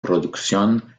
producción